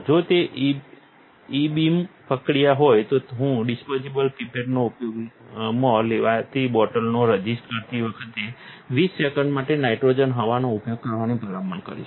જો તે ઇબીમ પ્રક્રિયા હોય તો હું ડિસ્પોઝિબલ પિપેટને ઉપયોગમાં લેવાતી બોટલનો રઝિસ્ટ કરતી વખતે વીસ સેકંડ માટે નાઇટ્રોજન હવાનો ઉપયોગ કરવાની ભલામણ કરીશ